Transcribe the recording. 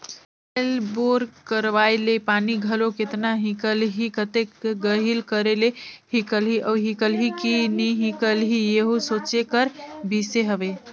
आएज काएल बोर करवाए ले पानी घलो केतना हिकलही, कतेक गहिल करे ले हिकलही अउ हिकलही कि नी हिकलही एहू सोचे कर बिसे हवे